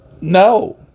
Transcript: No